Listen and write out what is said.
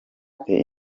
mfite